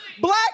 Black